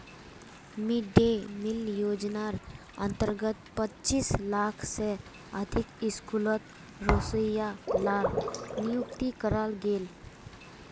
mid day meal योज्नार अंतर्गत पच्चीस लाख से अधिक स्कूलोत रोसोइया लार नियुक्ति कराल गेल